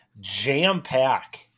jam-pack